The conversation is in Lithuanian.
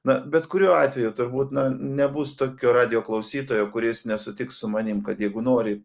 na bet kuriuo atveju turbūt na nebus tokio radijo klausytojo kuris nesutiks su manim kad jeigu nori